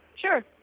Sure